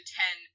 ten